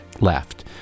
left